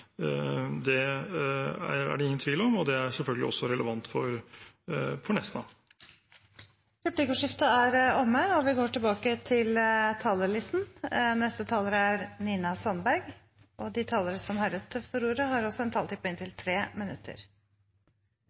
det er det ingen tvil om, og det er selvfølgelig også relevant for Nesna. Replikkordskiftet er omme. De talere som heretter får ordet, har også en taletid på inntil 3 minutter.